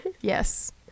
Yes